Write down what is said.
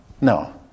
No